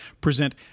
present